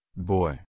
boy